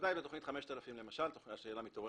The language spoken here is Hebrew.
בוודאי שבתכנית 5000 השאלה מתעוררת.